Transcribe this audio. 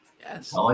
Yes